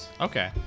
Okay